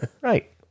Right